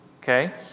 okay